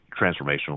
transformational